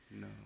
no